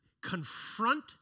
confront